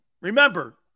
Remember